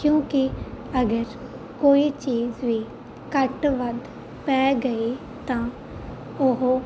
ਕਿਉਂਕਿ ਅਗਰ ਕੋਈ ਚੀਜ਼ ਵੀ ਘੱਟ ਵੱਧ ਪੈ ਗਈ ਤਾਂ ਉਹ